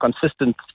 consistent